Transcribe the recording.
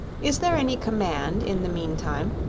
is there any command, in the meantime,